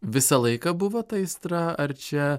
visą laiką buvo ta aistra ar čia